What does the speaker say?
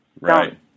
Right